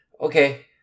okay